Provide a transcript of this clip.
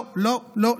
לא לא לא.